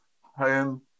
home